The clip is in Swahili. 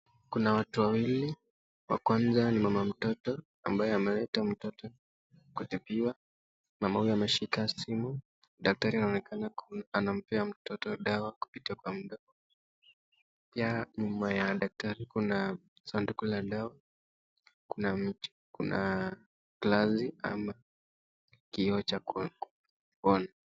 Kuna watu wawili, wa kwanza ni mama mtoto ambaye ameleta mtoto kutibiwa. Mama huyo ameshika simu. Daktari anaonekana anampea mtoto dawa kupitia kwa mdomo. Pia nyuma ya daktari kuna sanduku la dawa, kuna glasi ama kioo cha kuona.